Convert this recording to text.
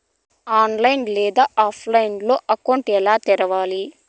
online లేదా ఆఫ్లైన్లో account ఎలా తెరవాలి